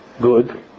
good